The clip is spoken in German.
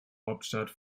hauptstadt